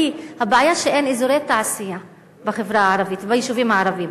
כי הבעיה היא שאין אזורי תעשייה בחברה הערבית וביישובים הערביים.